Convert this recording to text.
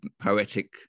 poetic